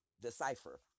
decipher